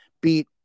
Beat